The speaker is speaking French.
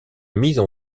mises